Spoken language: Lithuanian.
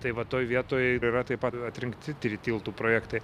tai va toj vietoj yra taip pat atrinkti tiltų projektai